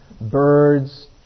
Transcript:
birds